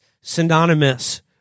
synonymous